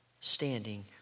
standing